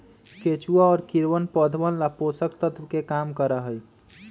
केचुआ और कीड़वन पौधवन ला पोषक तत्व के काम करा हई